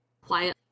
quiet